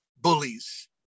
bullies